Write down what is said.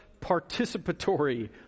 participatory